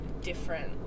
different